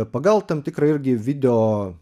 pagal tam tikrą irgi video